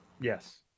Yes